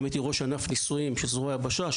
גם הייתי ראש ענף ניסויים של זרוע היבשה,